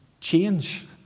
change